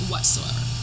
Whatsoever